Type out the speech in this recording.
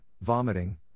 vomiting